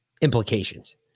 implications